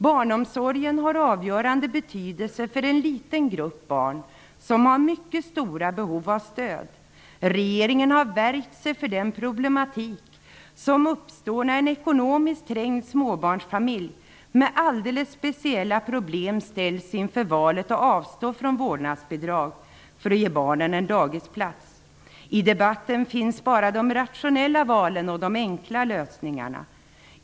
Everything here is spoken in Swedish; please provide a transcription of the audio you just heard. Barnsomsorgen har en avgörande betydelse för en liten grupp barn som har mycket stora behov av stöd. Regeringen har värjt sig för den problematik som uppstår när en ekonomiskt trängd småbarnsfamilj med alldeles speciella problem ställs inför valet att avstå från vårdnadsbidrag för att ge barnet en daghemsplats. I debatten finns bara de rationella valen och de enkla lösningarna.